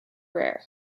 rare